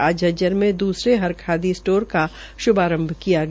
आज झज्जर में द्सरे हरखादी स्टोर का श्रभारंभ किया गया